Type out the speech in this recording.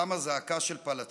/ קמה זעקה של פלצות.